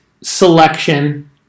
selection